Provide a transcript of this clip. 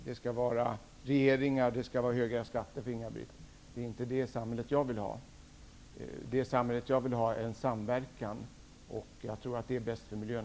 Det skall vara regleringar och höga skatter, tycker Inga-Britt Johansson. Det är inte det samhället jag vill ha. I det samhälle jag vill ha finns en samverkan. Jag tror att det är det bästa för miljön.